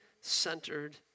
centered